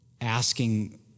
asking